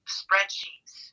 spreadsheets